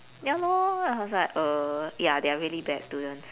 ya lor I was like uh ya they're really bad students